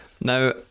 Now